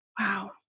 Wow